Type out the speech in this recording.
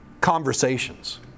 conversations